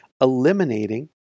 eliminating